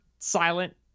Silent